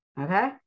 okay